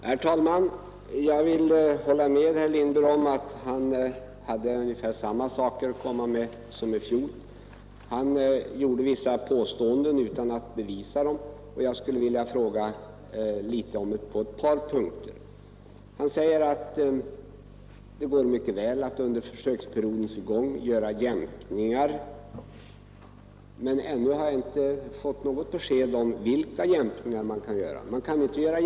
Herr talman! Jag vill hålla med herr Lindberg om att han hade ungefär samma synpunkter att komma med som i fjol. Han gjorde vissa påståenden utan att kunna bevisa dem, och jag skulle vilja ställa några frågor på ett par punkter. Herr Lindberg säger att det mycket väl går att under försöksperiodens gång göra jämkningar, men jag har ännu inte fått något besked om vilka jämkningar som kan göras.